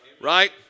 right